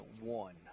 one